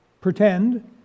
pretend